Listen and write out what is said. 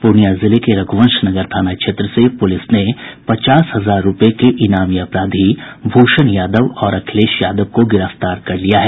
पूर्णिया जिले के रघुवंश नगर थाना क्षेत्र से पुलिस ने पचास हजार रूपये के इनामी अपराधी भूषण यादव और अखिलेश यादव को गिरफ्तार कर लिया है